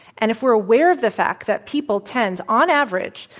and if we're aware of the fact that people tend, on average,